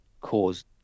caused